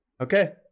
Okay